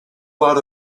lot